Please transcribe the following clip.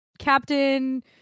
Captain